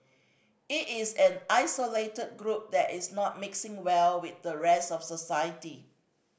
it is an isolated group that is not mixing well with the rest of society